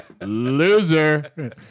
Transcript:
Loser